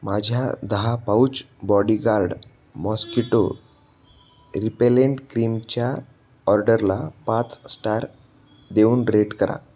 माझ्या दहा pouch bodyguard mosquito repellent क्रीमच्या ऑर्डरला पाच स्टार देऊन रेट करा